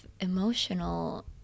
emotional